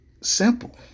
simple